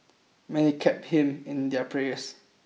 many kept him in their prayers